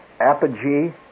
apogee